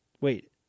Wait